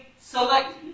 select